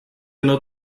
nur